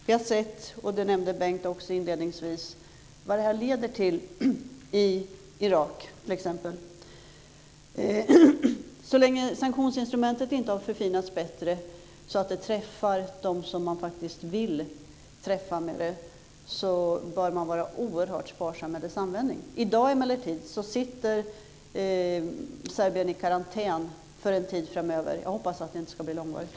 Vi har sett - och det nämnde också Bengt Silfverstrand inledningsvis - vad detta har lett till i t.ex. Irak. Så länge sanktionsinstrumentet inte har förfinats bättre så att det träffar dem som faktiskt ska träffas bör man vara oerhört sparsam med dess användning. I dag sitter emellertid Serbien i karantän för en tid framöver. Jag hoppas att det inte ska bli långvarigt.